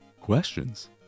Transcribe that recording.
questions